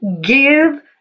give